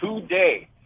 today